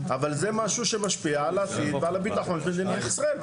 אבל זה משהו שמשפיע על העתיד ועל הביטחון של מדינת ישראל,